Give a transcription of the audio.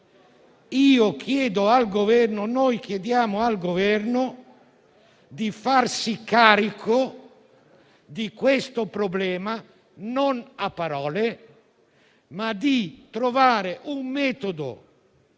chiediamo al Governo di farsi carico di questo problema non a parole, ma trovando un metodo